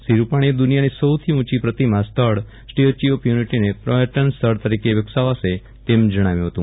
શ્રી રૂપાણીએ દ્વનિયાની સૌથી ઊંચી પ્રતિમા સ્થળ સ્ટેચ્યુ ઓફ યુનિટીને પર્યટન સ્થળ તરીકે વિકસાવાશે તેમ જણાવ્યું હતું